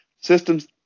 Systems